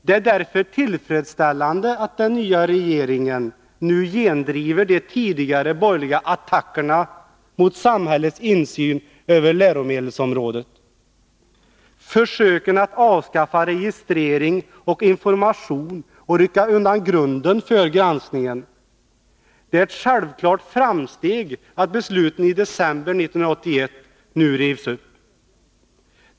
Det är därför tillfredsställande att den nya regeringen nu gendriver de tidigare borgerliga attackerna mot samhällets insyn över läromedelsområdet — försöken att avskaffa registrering och information och rycka undan grunden för granskningen. Det är ett självklart framsteg att besluten i december 1981 nu rivs upp.